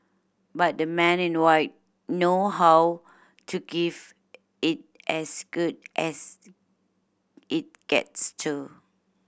but the Men in White know how to give it as good as it gets too